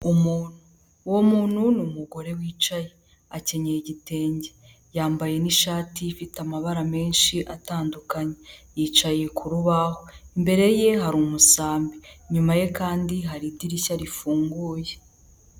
Umuntu, uwo muntu ni umugore wicaye akenyeye igitenge, yambaye n'ishati ifite amabara menshi atandukanye yicaye ku rubaho, imbere ye hari umusambi, inyuma ye kandi hari idirishya rifunguye.